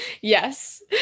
yes